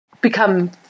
become